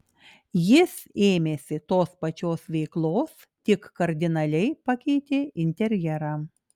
jis ėmėsi tos pačios veiklos tik kardinaliai pakeitė interjerą